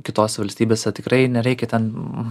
kitose valstybėse tikrai nereikia ten